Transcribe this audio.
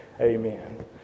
Amen